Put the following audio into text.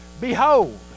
Behold